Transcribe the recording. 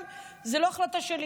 אבל זו לא החלטה שלי.